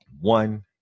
One